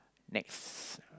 next